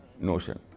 notion